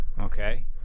Okay